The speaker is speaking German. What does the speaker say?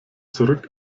zurück